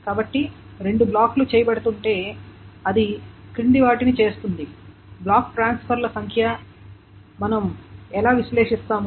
కాబట్టి రెండు బ్లాక్లు చేయబడుతుంటే అది కింది వాటిని చేస్తుంది బ్లాక్ ట్రాన్స్ఫర్ ల సంఖ్య బ్లాక్ ట్రాన్స్ఫర్ల సంఖ్యను మనం ఎలా విశ్లేషిస్తాము